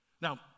Now